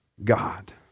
God